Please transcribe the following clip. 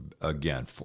again